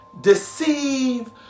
Deceive